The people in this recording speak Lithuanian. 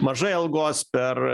mažai algos per